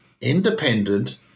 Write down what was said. independent